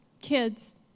kids